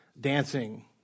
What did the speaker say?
dancing